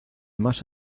más